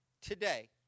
today